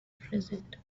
present